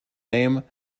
name